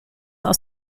aus